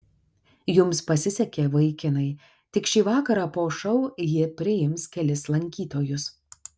jums pasisekė vaikinai tik šį vakarą po šou ji priims kelis lankytojus